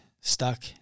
stuck